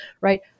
Right